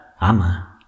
Ama